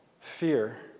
fear